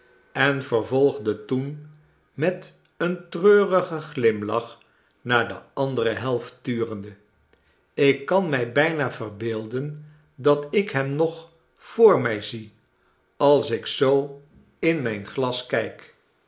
en vervolgde toen met een treurigen glimlach naar de andere helft turende ik kan mij bijna verbeelden dat ik hem nog voor mij zie als ik zoo in mijn glas kijk